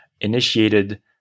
initiated